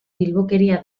bilbokeria